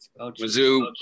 Mizzou